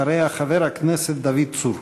אחריה, חבר הכנסת דוד צור.